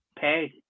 pay